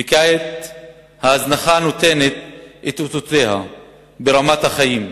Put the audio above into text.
וכעת ההזנחה נותנת את אותותיה ברמת החיים.